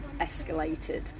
escalated